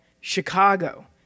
Chicago